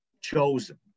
chosen